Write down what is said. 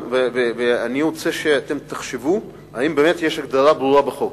ואני רוצה שאתם תחשבו אם באמת יש הגדרה ברורה בחוק.